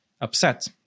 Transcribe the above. upset